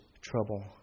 trouble